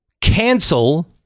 Cancel